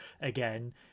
again